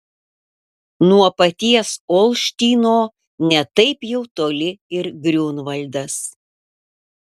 nuo paties olštyno ne taip jau toli ir griunvaldas